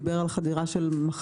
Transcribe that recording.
דיבר על חדירה של מחלות,